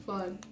Fun